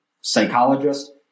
psychologist